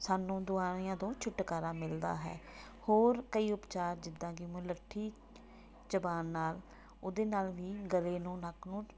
ਸਾਨੂੰ ਦਵਾਈਆਂ ਤੋਂ ਛੁਟਕਾਰਾ ਮਿਲਦਾ ਹੈ ਹੋਰ ਕਈ ਉਪਚਾਰ ਜਿੱਦਾਂ ਕਿ ਮੁਲੱਠੀ ਚਬਾਉਣ ਨਾਲ਼ ਉਹਦੇ ਨਾਲ਼ ਵੀ ਗਲੇ ਨੂੰ ਨੱਕ ਨੂੰ